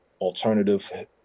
alternative